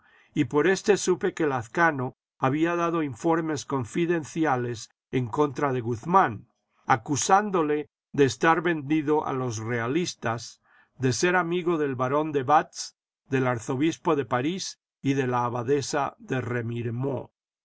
y por éste supe que lazcano había dado informes confidenciales en contra de guzmán acusándole de estar vendido a los realistas de ser amigo del barón de batz del arzobispo de parís y de la abadesa de